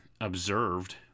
observed